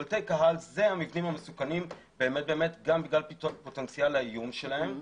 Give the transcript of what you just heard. קולטי קהל הם המבנים המסוכנים גם בגלל פוטנציאל האיום שלהם,